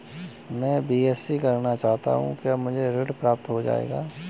मैं बीएससी करना चाहता हूँ क्या मुझे ऋण प्राप्त हो जाएगा?